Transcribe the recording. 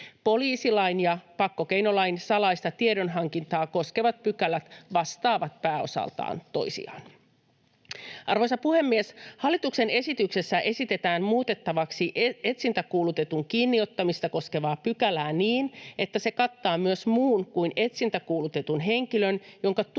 Poliisilain ja pakkokeinolain salaista tiedonhankintaa koskevat pykälät vastaavat pääosaltaan toisiaan. Arvoisa puhemies! Hallituksen esityksessä esitetään muutettavaksi etsintäkuulutetun kiinniottamista koskevaa pykälää niin, että se kattaa myös muun kuin etsintäkuulutetun henkilön, jonka